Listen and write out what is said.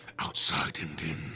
outside and